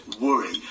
worry